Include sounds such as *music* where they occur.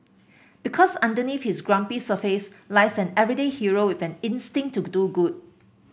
because underneath his grumpy surface lies an everyday hero with an instinct to *unintelligible* do good